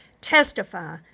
testify